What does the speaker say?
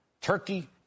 Turkey